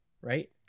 right